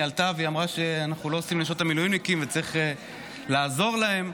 היא עלתה ואמרה שאנחנו לא עושים לנשות המילואימניקים וצריך לעזור להן.